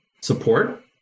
support